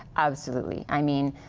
absolutely. i mean,